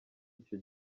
icyo